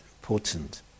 important